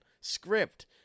script